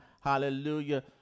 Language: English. hallelujah